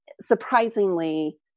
surprisingly